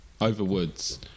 Overwoods